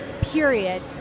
period